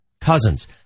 Cousins